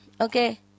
Okay